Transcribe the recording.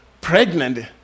pregnant